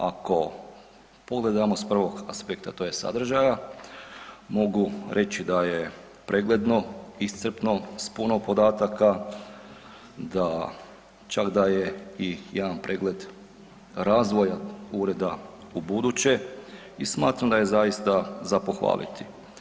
Ako pogledamo s prvog aspekta to jest sadržaja mogu reći da je pregledno, iscrpno, s puno podataka, da čak daje i jedan pregled razvoja Ureda ubuduće i smatram da je zaista za pohvaliti.